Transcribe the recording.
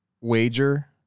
wager